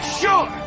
sure